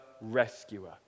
rescuer